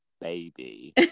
baby